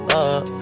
up